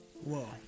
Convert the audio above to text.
whoa